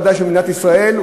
בוודאי של מדינת ישראל,